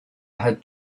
had